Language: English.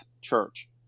church